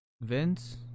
Vince